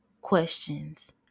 questions